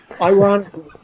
Ironically